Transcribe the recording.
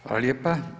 Hvala lijepa.